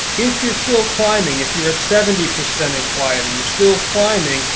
if you're still climbing, if you're at seventy percent in quiet and you're still climbing,